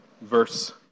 Verse